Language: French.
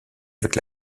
avec